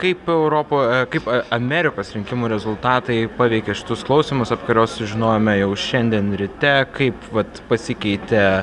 kaip europo kaip a amerikos rinkimų rezultatai paveikė šitus klausymus apie kuriuos sužinojome jau šiandien ryte kaip vat pasikeitė